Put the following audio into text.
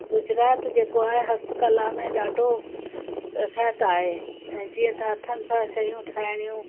गुजरात जेको आहे हस्तकला में ॾाढो प्रख्यात आहे ऐं जीअं तव्हां हथनि सां शयूं ठाहिणियूं